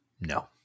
No